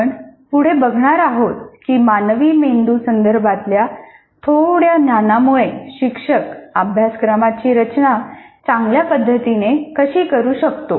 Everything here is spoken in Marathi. आपण पुढे बघणार आहोत की मानवी मेंदू संदर्भातल्या थोड्या ज्ञानामुळे शिक्षक अभ्यासक्रमाची रचना चांगल्या पद्धतीने कशी करू शकतो